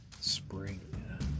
spring